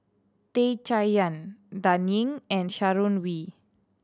Tan Chay Yan Dan Ying and Sharon Wee